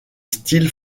style